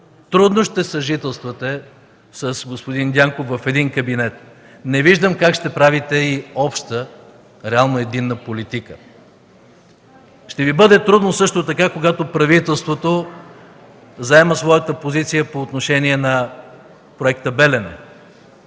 Трудно ще съжителствате с господин Дянков в един Кабинет. Не виждам как ще правите и обща, реално единна политика. Ще Ви бъде трудно също така, когато правителството заема своята позиция по отношение на проекта „Белене”,